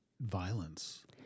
violence